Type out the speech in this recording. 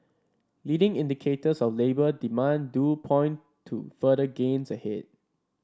leading indicators of labour demand do point to further gains ahead